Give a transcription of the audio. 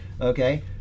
Okay